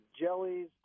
jellies